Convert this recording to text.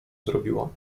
zrobiło